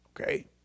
Okay